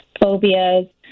phobias